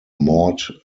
mort